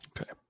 Okay